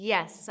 Yes